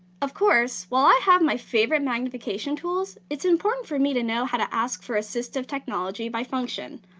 of course, while i have my favorite magnification tools, it's important for me to know how to ask for assistive technology by function,